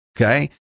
Okay